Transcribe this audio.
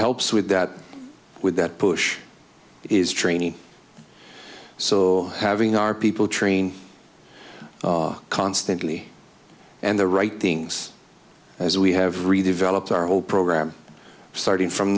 helps with that with that push is training so having our people train constantly and the right things as we have redeveloped our whole program starting from